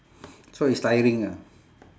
so it's tiring ah